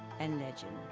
and legend.